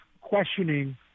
questioning